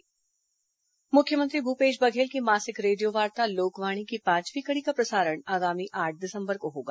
लोकवाणी मुख्यमंत्री भूपेश बघेल की मासिक रेडियोवार्ता लोकवाणी की पांचवीं कड़ी का प्रसारण आगामी आठ दिसम्बर को होगा